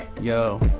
Yo